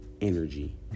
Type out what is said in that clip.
energy